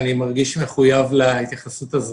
אני מרגיש מחויב להתייחסות הזאת.